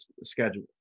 schedule